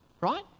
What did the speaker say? Right